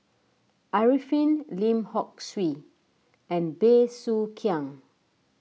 Arifin Lim Hock Siew and Bey Soo Khiang